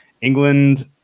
England